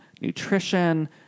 nutrition